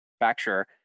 manufacturer